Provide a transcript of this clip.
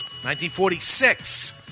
1946